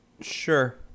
Sure